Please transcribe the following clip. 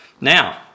Now